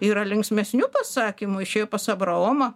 yra linksmesnių pasakymų išėjo pas abraomą